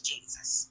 Jesus